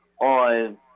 on